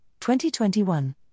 2021